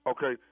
Okay